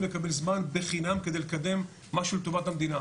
לקבל זמן בחינם כדי לקדם משהו לטובת המדינה.